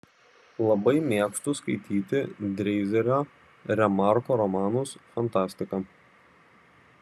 labai mėgstu skaityti dreizerio remarko romanus fantastiką